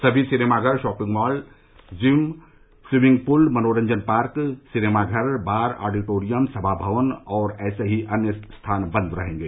सभी सिनेमाघर shopping mall gym swimming pool मनोरंजन पार्क सिनेमाघर बार ऑडिटोरियम सभा भवन और ऐसे ही अन्य स्थान बंद रहेंगे